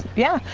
yeah.